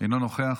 אינו נוכח,